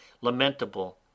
LAMENTABLE